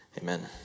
Amen